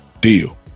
deal